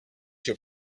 your